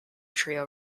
trio